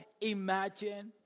imagine